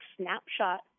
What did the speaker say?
snapshot